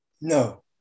No